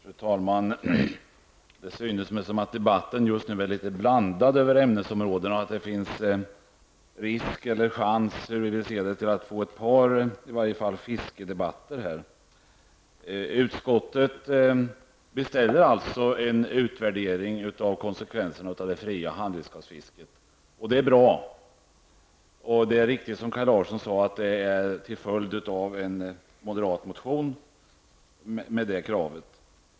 Fru talman! Det verkar som om debatten just nu är litet blandad över ämnesområdena och att det finns risk eller chans -- hur man nu vill se det -- att få ett par fiskedebatter här. Utskottet har beställt en utvärdering av konsekvenserna av det fria handredskapsfisket. Det är bra. Det är riktigt som Kaj Larsson sade att detta sker till följd av en moderat motion.